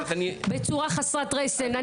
בצורה חסרת רסן,